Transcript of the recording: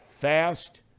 fast